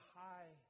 high